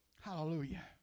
Hallelujah